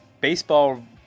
baseball